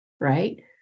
right